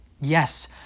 yes